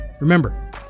Remember